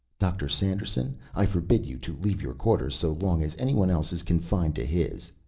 dr. sanderson, i forbid you to leave your quarters so long as anyone else is confined to his.